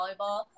volleyball